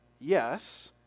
yes